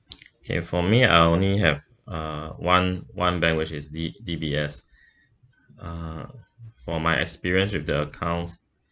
okay for me I only have uh one one bank which is D D_B_S uh for my experience with the accounts